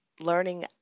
Learning